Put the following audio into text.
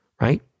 Right